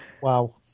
Wow